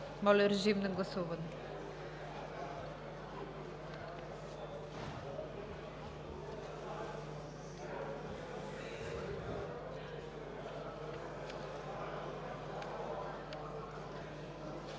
Моля, режим на гласуване.